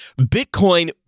Bitcoin